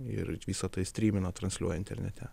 ir visa tai strymina transliuoja internete